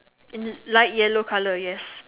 in light yellow colour yes